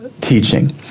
teaching